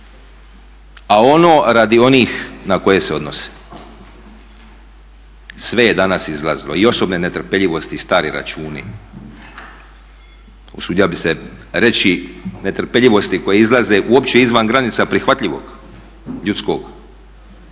a ono radi onih na koje se odnose. Sve je danas izlazilo, i osobne netrpeljivosti i stari računi, usudio bi se reći netrpeljivosti koje izlaze uopće izvan granica prihvatljivog ljudskog.